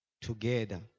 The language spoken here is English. together